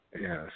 Yes